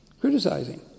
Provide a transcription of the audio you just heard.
criticizing